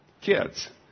kids